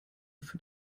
für